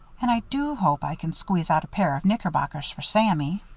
and i do hope i can squeeze out a pair of knickerbockers for sammy.